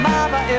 Mama